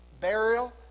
burial